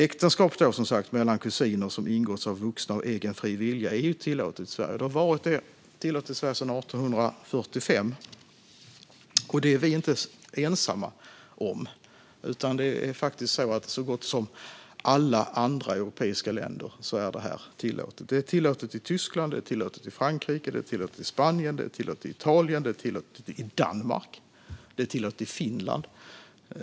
Äktenskap mellan kusiner som ingås av vuxna av egen fri vilja är tillåtet i Sverige. Det har varit tillåtet i Sverige sedan 1845. Vi är inte ensamma om det. Detta är tillåtet i så gott som alla andra europeiska länder. Det är tillåtet i Tyskland, Frankrike, Spanien, Italien, Danmark och Finland.